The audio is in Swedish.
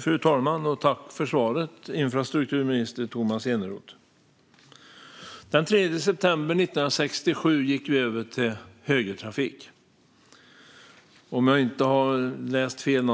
Fru talman! Jag tackar infrastrukturminister Tomas Eneroth för svaret. Den 3 september 1967 gick vi över till högertrafik, och om jag inte har läst fel